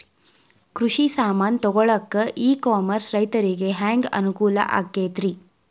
ಕೃಷಿ ಸಾಮಾನ್ ತಗೊಳಕ್ಕ ಇ ಕಾಮರ್ಸ್ ರೈತರಿಗೆ ಹ್ಯಾಂಗ್ ಅನುಕೂಲ ಆಕ್ಕೈತ್ರಿ?